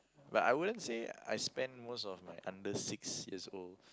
but I wouldn't say I spent most of my under six years old